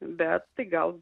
bet tai gal